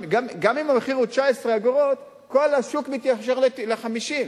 גם אם המחיר הוא 19 אגורות, כל השוק מתיישר ל-50,